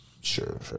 Sure